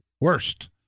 worst